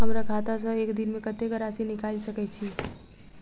हमरा खाता सऽ एक दिन मे कतेक राशि निकाइल सकै छी